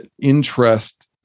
interest